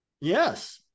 Yes